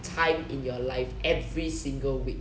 time in your life every single week